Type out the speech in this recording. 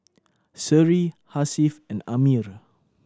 Seri Hasif and Ammir